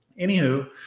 anywho